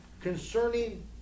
concerning